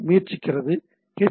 முயற்சிக்கிறது ஹெச்